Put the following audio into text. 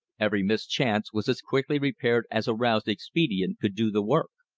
every mischance was as quickly repaired as aroused expedient could do the work.